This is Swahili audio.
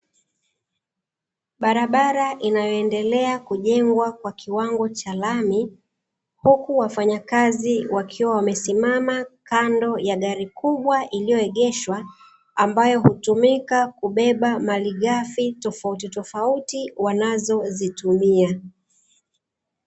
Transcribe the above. Barabara inayoendelea kujengwa kwa kiwango cha lami, huku wafanyakazi wakiwa wamesimama kando ya gari kubwa, iliyoegeshwa ambayo hutumika Kubeba malighafi tofauti tofauti wanazozitumia.